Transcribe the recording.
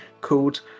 called